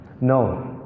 No